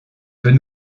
peut